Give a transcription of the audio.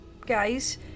guys